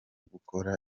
gukora